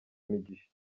imigisha